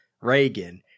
Reagan